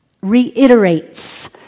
reiterates